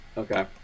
Okay